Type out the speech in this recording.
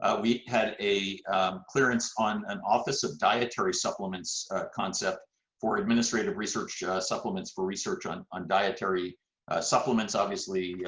ah we had a clearance on an office of dietary supplements concept for administrative research supplements for research on on dietary supplements. obviously,